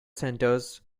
centres